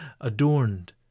adorned